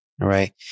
right